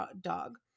dog